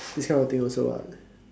this kind of things also what